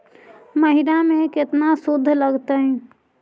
महिना में केतना शुद्ध लगतै?